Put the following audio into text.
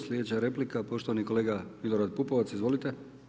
Slijedeća replika poštovani kolega Milorad Pupovac, izvolite.